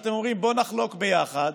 ואתם אומרים: בוא נחלוק ביחד